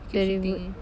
very good